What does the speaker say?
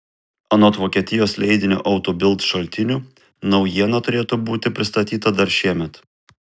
anot vokietijos leidinio auto bild šaltinių naujiena turėtų būti pristatyta dar šiemet